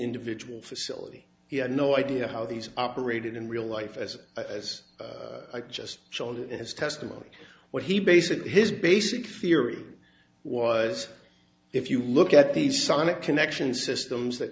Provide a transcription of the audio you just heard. individual facility he had no idea how these operated in real life as i was i just showed it testimony what he basically his basic theory was if you look at these sonic connection systems that